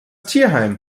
tierheim